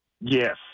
Yes